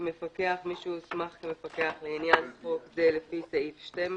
"מפקח" מי שהוסמך כמפקח לעניין חוק זה לפי סעיף 12,